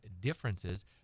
differences